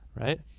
right